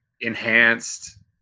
enhanced